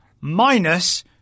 minus